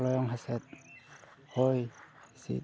ᱞᱟᱭᱚᱝ ᱥᱮᱫ ᱦᱚᱭ ᱦᱤᱸᱥᱤᱫ